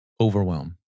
overwhelm